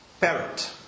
Parrot